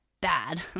bad